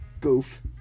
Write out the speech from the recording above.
Goof